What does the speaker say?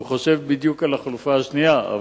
הוא חושב על החלופה השנייה.